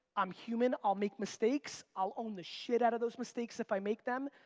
i'm human, i'll make mistakes, i'll own the shit out of those mistakes if i make them,